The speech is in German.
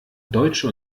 deutsche